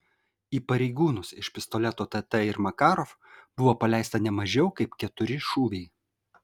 į pareigūnus iš pistoletų tt bei makarov buvo paleista ne mažiau kaip keturi šūviai